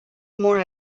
more